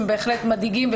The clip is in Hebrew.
מאוד מדאיגים,